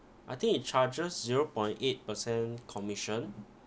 I think it charges zero point eight per cent commission